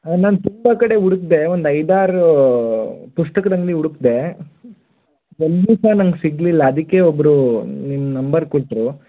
ನಾನು ತುಂಬಾ ಕಡೆ ಹುಡ್ಕ್ದೆ ಒಂದು ಐದಾರೂ ಪುಸ್ತಕ್ದ ಅಂಗಡಿ ಉಡಕ್ದೆ ಒಂದು ಸ ನಂಗೆ ಸಿಗಲಿಲ್ಲ ಅದಕ್ಕೆ ಒಬ್ಬರು ನಿಮ್ಮ ನಂಬರ್ ಕೊಟ್ಟರು